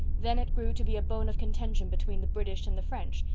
then it grew to be a bone of contention between the british and the french,